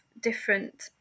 Different